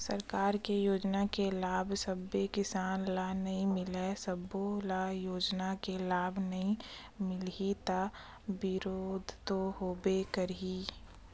सरकार के योजना के लाभ सब्बे किसान ल नइ मिलय, सब्बो ल योजना के लाभ नइ मिलही त बिरोध तो होबे करही